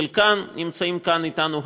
חלקם נמצאים כאן אתנו היום,